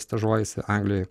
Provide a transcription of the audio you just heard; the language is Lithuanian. stažuojasi anglijoj